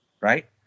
Right